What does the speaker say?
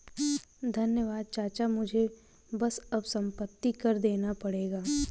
धन्यवाद चाचा मुझे बस अब संपत्ति कर देना पड़ेगा